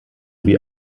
wie